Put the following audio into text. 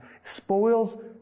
spoils